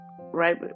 right